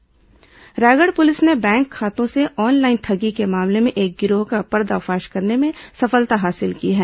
online ठगी मामला Raigarh police ने बैंक खातों से ऑनलाइन ठगी के मामले में एक गिरोह का पर्दाफाश करने में सफलता हासिल की है